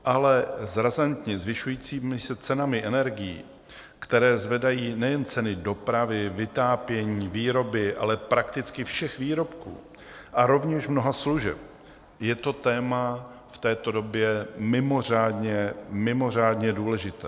Ale s razantně zvyšujícími se cenami energií, které zvedají nejen ceny dopravy, vytápění, výroby, ale prakticky všech výrobků a rovněž mnoha služeb, je to téma v této době mimořádně důležité.